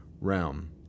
realm